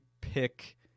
pick